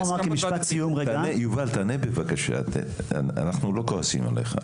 יובל, אנחנו לא כועסים עליך.